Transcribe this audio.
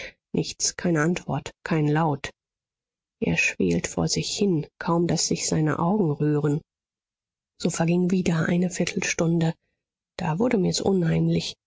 nichts keine antwort kein laut er schwelt vor sich hin kaum daß sich seine augen rühren so verging wieder eine viertelstunde da wurde mir's unheimlich